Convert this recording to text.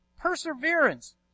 perseverance